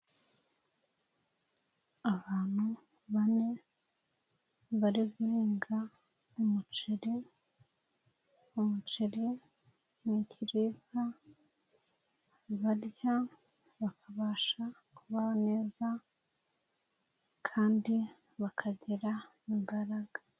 Abantu bane bari guhinga umuceri, umuceri ni ikiribwa barya bakabasha kubaho neza kandi bakagira imbaraga.